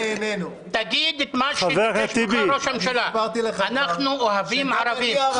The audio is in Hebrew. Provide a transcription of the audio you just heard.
תגיד את מה שביקש ממך ראש הממשלה "אנחנו אוהבים ערבים".